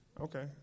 Okay